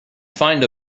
find